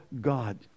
God